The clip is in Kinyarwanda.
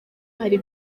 hari